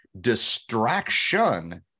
Distraction